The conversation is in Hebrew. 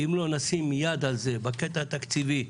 אם לא נשים יד על זה בקטע התקציבי,